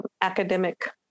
academic